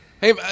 Hey